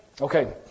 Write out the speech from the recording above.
Okay